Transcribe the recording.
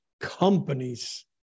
companies